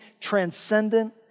transcendent